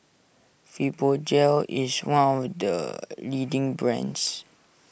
Fibogel is one of the leading brands